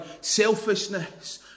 selfishness